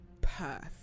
Perth